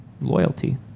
loyalty